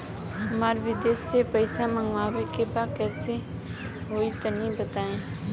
हमरा विदेश से पईसा मंगावे के बा कइसे होई तनि बताई?